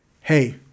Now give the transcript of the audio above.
Hey